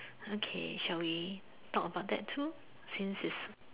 okay shall we talk about that too since is